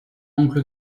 oncle